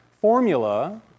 formula